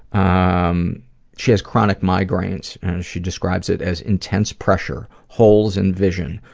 um she has chronic migraines, and she describes it as intense pressure. holes in vision.